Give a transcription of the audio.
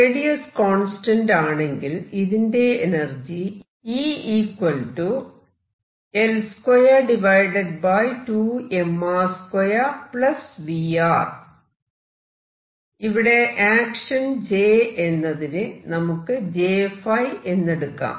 radius constant ആണെങ്കിൽ ഇതിന്റെ energy ഇവിടെ ആക്ഷൻ J എന്നതിന് നമുക്ക് J𝜙 എന്നെടുക്കാം